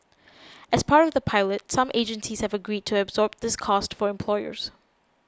as part of the pilot some agencies have agreed to absorb this cost for employers